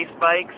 bikes